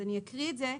אז אני אקריא את זה,